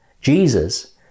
Jesus